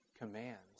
commands